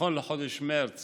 נכון לחודש מרץ